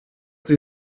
sie